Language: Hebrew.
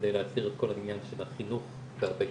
כדי להסדיר את כל העניין של החינוך בבית